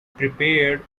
prepared